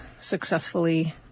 successfully